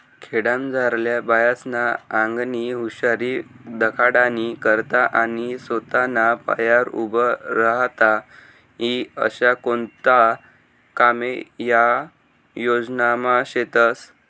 खेडामझारल्या बायास्ना आंगनी हुशारी दखाडानी करता आणि सोताना पायावर उभं राहता ई आशा कोणता कामे या योजनामा शेतस